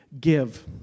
give